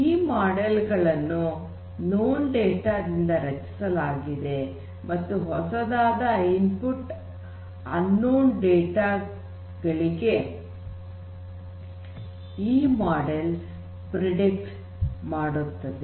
ಈ ಮಾಡೆಲ್ ಗಳನ್ನು known data ದಿಂದ ರಚಿಸಲಾಗಿದೆ ಮತ್ತು ಹೊಸದಾದ ಇನ್ಪುಟ್ ಅನ್ನೋನ್ ಡೇಟಾ ಗಳಿಗೆ ಈ ಮಾಡೆಲ್ ಪ್ರೆಡಿಕ್ಟ್ ಮಾಡುತ್ತದೆ